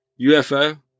UFO